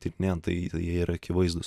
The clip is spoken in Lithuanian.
tyrinėjant tai jie yra akivaizdūs